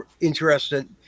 interested